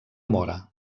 mora